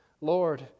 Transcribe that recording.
Lord